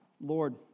Lord